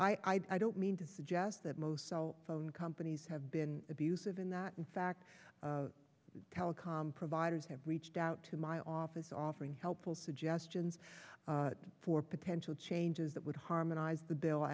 so i don't mean to suggest that most cell phone companies have been abusive in that in fact telecom providers have reached out to my office offering helpful suggestions for potential changes that would harmonize the bill